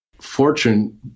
Fortune